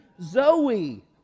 Zoe